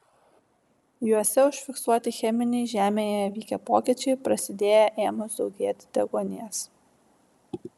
juose užfiksuoti cheminiai žemėje vykę pokyčiai prasidėję ėmus daugėti deguonies